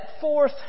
fourth